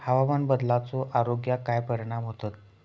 हवामान बदलाचो आरोग्याक काय परिणाम होतत?